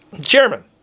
chairman